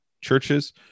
churches